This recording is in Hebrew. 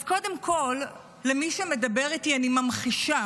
אז קודם כול, למי שמדבר איתי אני ממחישה